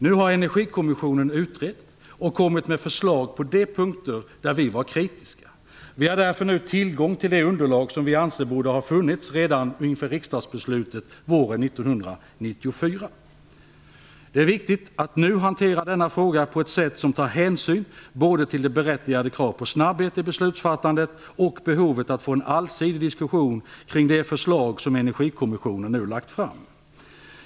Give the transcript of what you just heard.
Nu har Energikommissionen utrett och kommit med förslag på de punkter där vi var kritiska. Vi har därför nu tillgång till det underlag som vi anser borde ha funnits redan inför riksdagsbeslutet våren 1994. Det är viktigt att nu hantera denna fråga på ett sätt som tar hänsyn både till berättigade krav på snabbhet i beslutsfattande och behovet att få en allsidig diskussion kring det förslag som Energikommissionen nu lagt fram.